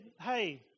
hey